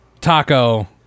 taco